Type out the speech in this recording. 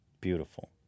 Beautiful